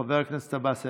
חבר הכנסת עבאס,